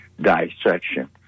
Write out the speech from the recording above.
dissection